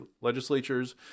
legislatures